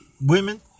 Women